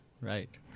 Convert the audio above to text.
Right